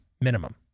minimum